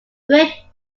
great